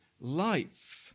life